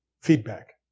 feedback